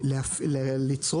כי זה אף פעם לא עמד על הפרק.